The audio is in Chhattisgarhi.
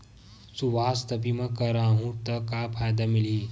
सुवास्थ बीमा करवाहू त का फ़ायदा मिलही?